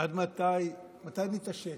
מתי נתעשת?